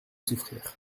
souffrir